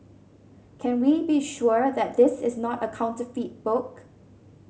can we be sure that this is not a counterfeit book